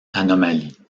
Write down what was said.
anomalie